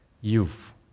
youth